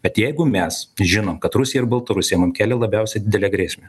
bet jeigu mes žinom kad rusija ir baltarusija mum kelia labiausiai didelę grėsmę